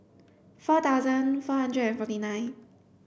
four thousand four hundred and forty nine